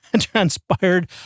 transpired